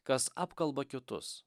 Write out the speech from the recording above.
kas apkalba kitus